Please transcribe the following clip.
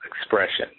expression